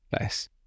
nice